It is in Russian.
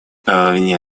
вне